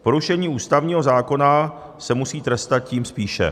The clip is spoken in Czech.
Porušení ústavního zákona se musí trestat tím spíše.